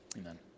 Amen